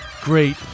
great